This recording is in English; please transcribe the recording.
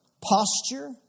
posture